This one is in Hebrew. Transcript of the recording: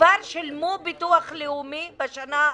שכבר שילמו ביטוח לאומי בשנה האחרונה.